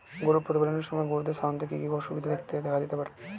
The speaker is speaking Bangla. গরু প্রতিপালনের সময় গরুদের সাধারণত কি কি অসুবিধা দেখা দিতে পারে?